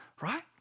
right